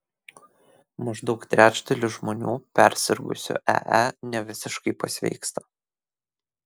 maždaug trečdalis žmonių persirgusių ee nevisiškai pasveiksta